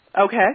Okay